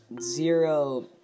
zero